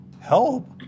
Help